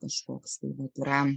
kažkoks tai vat yra